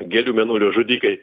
gėlių mėnulio žudikai